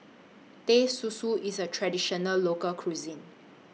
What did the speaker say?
Teh Susu IS A Traditional Local Cuisine